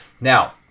Now